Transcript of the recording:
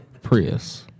Prius